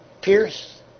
Pierce